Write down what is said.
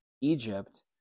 Egypt